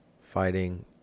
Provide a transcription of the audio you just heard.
Fighting